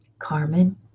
Carmen